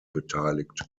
beteiligt